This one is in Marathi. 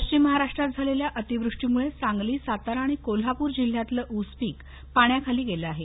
पश्चिम महाराष्ट्रात झालेल्या अतिवृष्टीमुळे सांगली सातारा आणि कोल्हापूर जिल्ह्यातलं ऊस पीक पाण्याखाली गेलं आहे